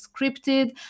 scripted